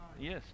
Yes